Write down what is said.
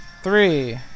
Three